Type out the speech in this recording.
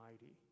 mighty